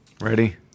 Ready